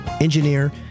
engineer